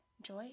Joy